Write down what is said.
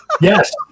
Yes